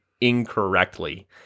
incorrectly